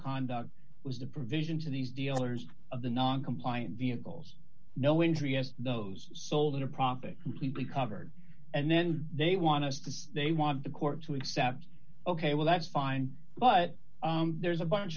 conduct was the provisions in these dealers of the non compliant vehicles no injury as those sold at a profit completely covered and then they want us to say they want the court to accept ok well that's fine but there's a bunch